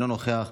אינו נוכח.